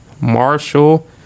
Marshall